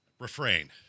Refrain